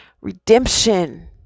Redemption